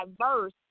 diverse